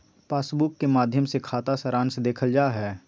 passbook के माध्मय से खाता सारांश देखल जा हय